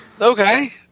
Okay